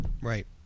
right